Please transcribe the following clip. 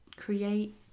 create